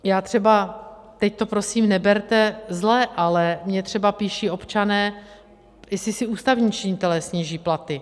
Já třeba teď to prosím neberte zle, ale mně třeba píší občané, jestli si ústavní činitelé sníží platy.